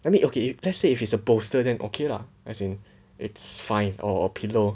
I mean okay if let's say if is a poster than okay lah as in it's fine or a pillow